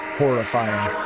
horrifying